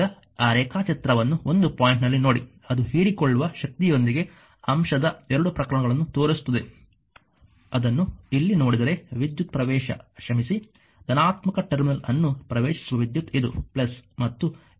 ಈಗ ಆ ರೇಖಾಚಿತ್ರವನ್ನು ಒಂದು ಪಾಯಿಂಟ್ನಲ್ಲಿ ನೋಡಿ ಅದು ಹೀರಿಕೊಳ್ಳುವ ಶಕ್ತಿಯೊಂದಿಗೆ ಅಂಶದ 2 ಪ್ರಕರಣಗಳನ್ನು ತೋರಿಸುತ್ತದೆ ಅದನ್ನು ಇಲ್ಲಿ ನೋಡಿದರೆ ವಿದ್ಯುತ್ ಪ್ರವೇಶ ಕ್ಷಮಿಸಿ ಧನಾತ್ಮಕ ಟರ್ಮಿನಲ್ ಅನ್ನು ಪ್ರವೇಶಿಸುವ ವಿದ್ಯುತ್ ಇದು ಮತ್ತು ಇದು 5 ವೋಲ್ಟ್